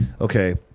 okay